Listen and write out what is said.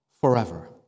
forever